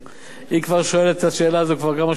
היא כבר שואלת את השאלה הזאת כבר כמה שבועות רצוף.